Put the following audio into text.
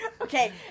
okay